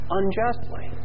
unjustly